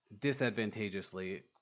disadvantageously